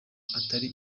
atari